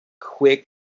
quick